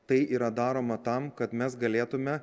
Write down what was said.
tai yra daroma tam kad mes galėtume